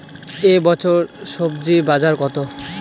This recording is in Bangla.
এ বছর স্বজি বাজার কত?